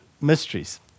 mysteries